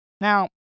Now